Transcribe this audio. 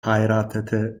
heiratete